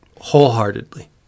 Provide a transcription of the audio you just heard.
wholeheartedly